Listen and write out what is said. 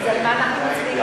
אז על מה אנחנו מצביעים?